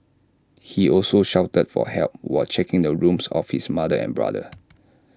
he also shouted for help while checking the rooms of his mother and brother